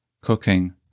cooking